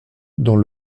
dont